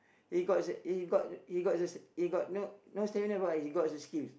he got the he got he got he got no no stamina bro he got the skills